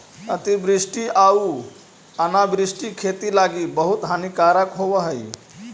अतिवृष्टि आउ अनावृष्टि खेती लागी बहुत हानिकारक होब हई